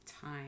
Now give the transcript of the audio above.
time